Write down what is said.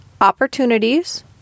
Opportunities